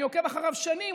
אני עוקב אחריו שנים.